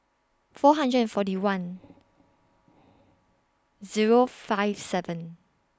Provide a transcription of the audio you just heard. four hundred and forty one Zero five seven